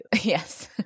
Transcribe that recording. yes